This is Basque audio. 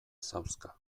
zauzka